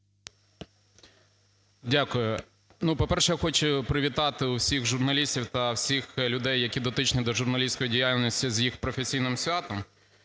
Дякую. Ну, по-перше, я хочу привітати усіх журналістів та всіх людей, які дотичні до журналістської діяльності з їх професійним святом.